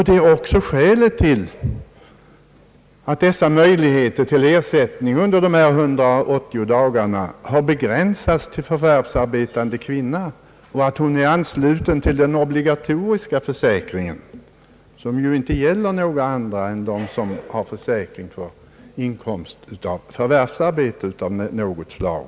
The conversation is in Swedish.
Det är också skälet till att möjligheten till denna ersättning under 180 dagar har begränsats till förvärvsarbetande kvinna, som är ansluten till den obligatoriska försäkringen, vilket ju endast de kvinnor är som har inkomst av förvärvsarbete av något slag.